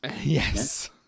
Yes